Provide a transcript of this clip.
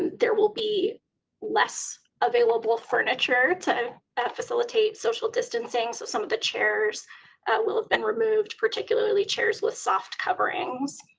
there will be less available furniture to facilitate social distancing. so some of the chairs will have been removed particularly chairs with soft coverings.